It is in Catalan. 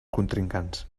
contrincants